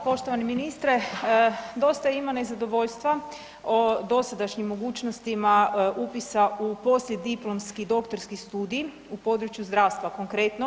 Poštovani ministre, dosta ima nezadovoljstva o dosadašnjim mogućnostima upisa u poslijediplomski doktorski studij u području zdravstva, konkretno.